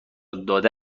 داده